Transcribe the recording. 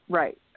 right